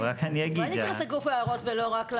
אבל רק אני אגיד --- אולי נתייחס לגוף ההערות ולא רק,